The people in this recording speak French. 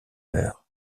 meurt